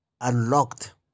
unlocked